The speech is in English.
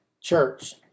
Church